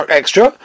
extra